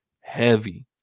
heavy